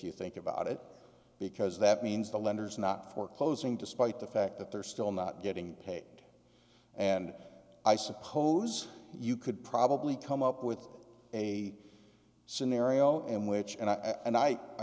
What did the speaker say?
you think about it because that means the lenders not foreclosing despite the fact that they're still not getting paid and i suppose you could probably come up with a scenario in which and i and i i